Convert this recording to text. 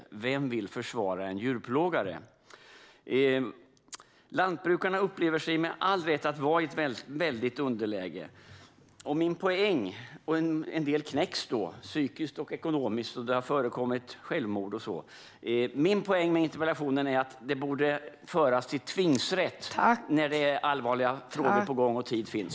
För vem vill försvara en djurplågare? Lantbrukarna upplever sig med all rätt vara i ett väldigt underläge, och en del knäcks psykiskt och ekonomiskt. Det har förekommit självmord och annat. Min poäng med interpellationen är att ärendena borde föras till tingsrätt när det är allvarliga frågor på gång och tid finns.